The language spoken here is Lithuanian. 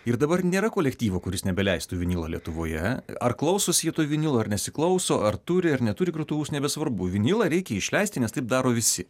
ir dabar nėra kolektyvo kuris nebeleistų vinilo lietuvoje ar klausos ji vinilo ar nesiklauso ar turi ar neturi grotuvus nebesvarbu vinilą reikia išleisti nes taip daro visi